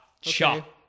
chop